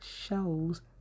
shows